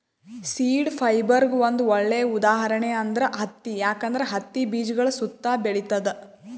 seed ಫೈಬರ್ಗ್ ಒಂದ್ ಒಳ್ಳೆ ಉದಾಹರಣೆ ಅಂದ್ರ ಹತ್ತಿ ಯಾಕಂದ್ರ ಹತ್ತಿ ಬೀಜಗಳ್ ಸುತ್ತಾ ಬೆಳಿತದ್